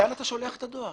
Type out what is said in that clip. לאן אתה שולח את הדואר?